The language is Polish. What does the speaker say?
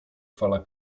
fala